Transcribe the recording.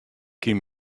kin